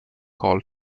call